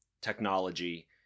technology